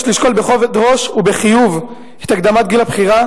יש לשקול בכובד ראש ובחיוב את הקדמת גיל הבחירה,